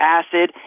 acid